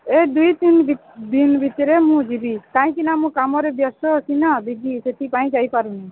ଏଇ ଦୁଇ ତିନ୍ ଦିନ ଭିତରେ ମୁଁ ଯିବି କାହିଁକି ନା ମୁଁ କାମରେ ବ୍ୟସ୍ତ ଅଛିନା ଦିଦି ସେଥିପାଇଁ ଯାଇପାରୁନି